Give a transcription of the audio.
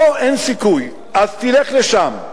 פה אין סיכוי, אז תלך לשם.